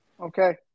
Okay